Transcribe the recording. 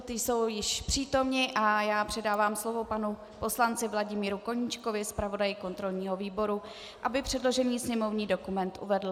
Ti jsou již přítomni a já předávám slovo panu poslanci Vladimíru Koníčkovi, zpravodaji kontrolního výboru, aby předložený sněmovní dokument uvedl.